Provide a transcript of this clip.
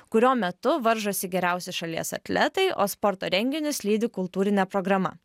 kurio metu varžosi geriausi šalies atletai o sporto renginius lydi kultūrinė programa